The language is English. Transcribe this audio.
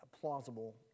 plausible